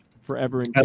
Forever